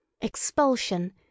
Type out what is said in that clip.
expulsion